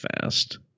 fast